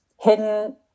hidden